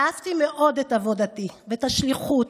אהבתי מאוד את עבודתי ואת השליחות.